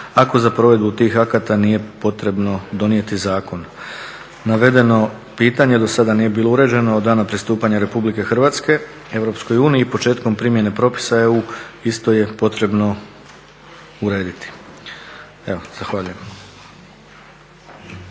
ako za provedbu tih akata nije potrebno donijeti zakon. Navedeno pitanje do sada nije bilo uređeno od dana pristupanja RH EU, početkom primjene propisa EU isto je potrebno urediti. Evo, zahvaljujem.